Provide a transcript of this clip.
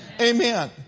Amen